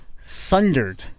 Sundered